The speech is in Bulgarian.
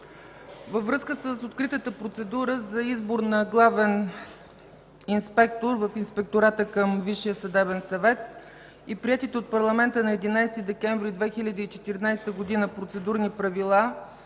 Във връзка с откритата процедура за избор на главен инспектор в Инспектората към Висшия съдебен съвет и приетите от парламента на 11 декември 2014 г. Процедурни правила